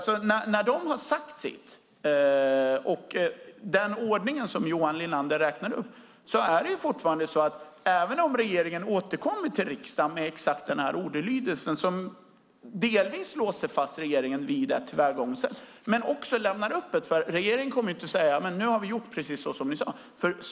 När de har sagt sitt enligt den ordning som Johan Linander redogör för är det fortfarande så att även om regeringen återkommer till riksdagen med den exakta ordalydelsen, som delvis låser fast regeringen vid ett tillvägagångssätt, kommer inte regeringen att säga: Nu har vi gjort precis så som ni sade.